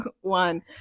one